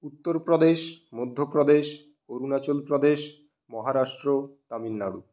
Uttar Pradesh Madhya Pradesh Arunachal Pradesh Maharashtra Tamil Nadu